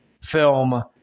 film